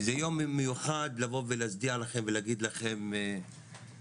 זה יום מיוחד לבוא ולהצדיע לכם ולהגיד לכם תודה,